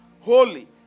holy